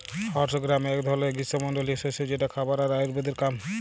horse gram এক ধরলের গ্রীস্মমন্ডলীয় শস্য যেটা খাবার আর আয়ুর্বেদের কাম